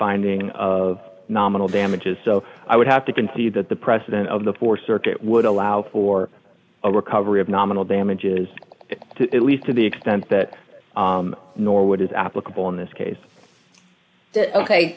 finding of nominal damages so i would have to concede that the precedent of the four circuit would allow for a recovery of nominal damages at least to the extent that nor what is applicable in this case ok